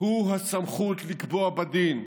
הוא הסמכות לקבוע בדין,